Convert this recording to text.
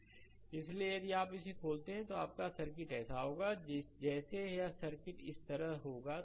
slide समय देखें 2755 इसलिए यदि आप इसे खोलते हैं तो आपका सर्किट ऐसा होगा जैसे यह सर्किट इस तरह होगा